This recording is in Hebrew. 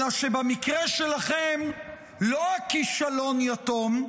אלא שבמקרה שלכם לא הכישלון יתום,